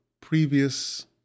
previous